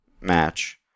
match